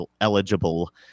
eligible